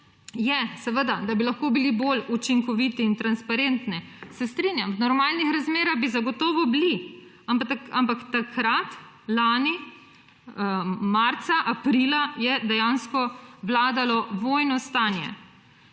je, da bi lahko bili bolj učinkoviti in transparentni – se strinjam. V normalnih razmerah bi zagotovo bili, ampak takrat, lani marca, aprila je dejansko vladalo vojno stanje.